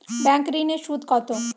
Bank ঋন এর সুদ কত?